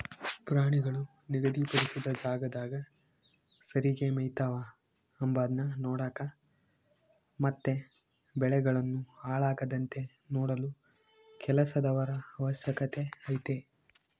ಪ್ರಾಣಿಗಳು ನಿಗಧಿ ಪಡಿಸಿದ ಜಾಗದಾಗ ಸರಿಗೆ ಮೆಯ್ತವ ಅಂಬದ್ನ ನೋಡಕ ಮತ್ತೆ ಬೆಳೆಗಳನ್ನು ಹಾಳಾಗದಂತೆ ನೋಡಲು ಕೆಲಸದವರ ಅವಶ್ಯಕತೆ ಐತೆ